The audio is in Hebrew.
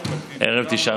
אחמד טיבי,